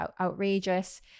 outrageous